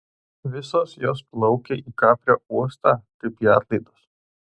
visos jos plaukia į kaprio uostą kaip į atlaidus